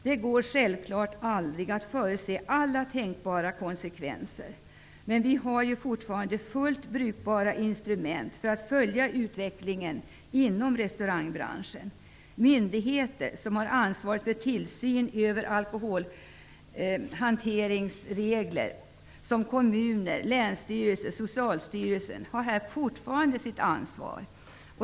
Det går självfallet aldrig att förutse alla tänkbara konsekvenser, men vi har fortfarande fullt brukbara instrument för att följa utvecklingen inom restaurangbranschen. De myndigheter som har ansvaret för tillsynen över alkoholhanteringen, såsom kommunerna, länsstyrelserna och Socialstyrelsen, kommer att få behålla sitt ansvar.